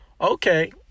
Okay